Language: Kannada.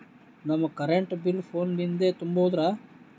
ನಮ್ ಕರೆಂಟ್ ಬಿಲ್ ಫೋನ ಲಿಂದೇ ತುಂಬೌದ್ರಾ?